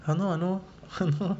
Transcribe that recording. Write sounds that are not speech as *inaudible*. !hannor! !hannor! *laughs* !hannor!